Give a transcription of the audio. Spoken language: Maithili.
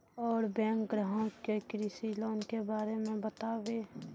और बैंक ग्राहक के कृषि लोन के बारे मे बातेबे?